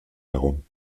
herum